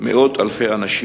מאות אלפי אנשים,